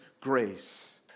grace